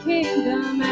Kingdom